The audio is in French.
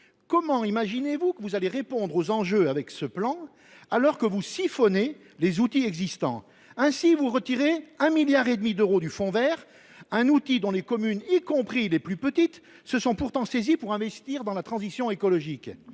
Comment imaginez vous pouvoir répondre aux enjeux par un tel biais, alors que vous siphonnez les crédits existants ? Ainsi, vous retirez 1,5 milliard d’euros au fonds vert, outil dont les communes, y compris les plus petites, se sont pourtant saisies pour investir dans la transition écologique.